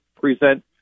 present